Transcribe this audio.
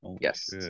Yes